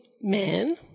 man